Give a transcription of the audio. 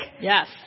Yes